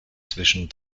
zwischen